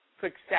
success